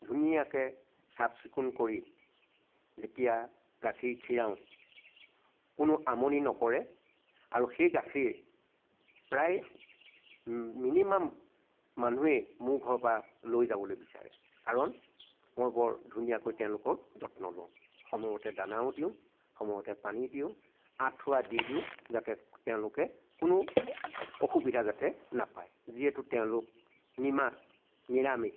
ধুনীয়াকৈ চাফ চিকুণ কৰি যেতিয়া গাখীৰ খিৰাওঁ কোনো আমনি নকৰে আৰু সেই গাখীৰ প্ৰায় মিনিমাম মানুহে মোৰ ঘৰৰ পৰা লৈ যাবলৈ বিচাৰে কাৰণ মই বৰ ধুনীয়াকৈ তেওঁলোকৰ যত্ন লওঁ সময়মতে দানাও দিওঁ সময়মতে পানী দিওঁ আঠুৱা দি দিওঁ যাতে তেওঁলোকে কোনো অসুবিধা যাতে নাপাই যিহেতু তেওঁলোক নিমাত